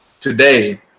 today